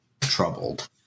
troubled